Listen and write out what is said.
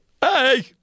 Hey